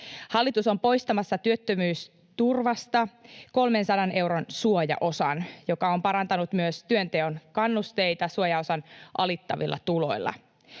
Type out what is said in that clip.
Hallitus on poistamassa työttömyysturvasta 300 euron suojaosan, joka on parantanut myös työnteon kannusteita suojaosan alittavilla tuloilla.